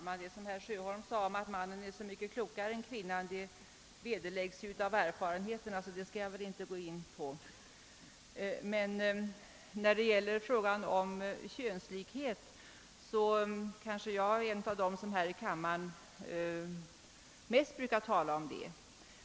Herr talman! Herr Sjöholms ord om att mannen är så mycket klokare än kvinnan vederläggs ju av erfarenheten, så den saken skall jag inte gå in på. Vad frågan om könslikhet beträffar är kanske jag en av dem som här i kammaren mest brukar tala om den.